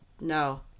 no